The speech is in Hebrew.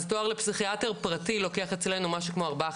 אז תור לפסיכיאטר פרטי לוקח אצלנו משהו כמו ארבעה,